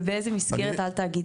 ובאיזו מסגרת על תאגידי המים.